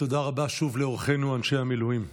שוב, תודה רבה לאורחינו, אנשי המילואים.